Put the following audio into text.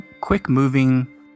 quick-moving